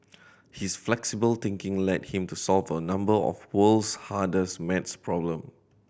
his flexible thinking led him to solve a number of world's hardest math problem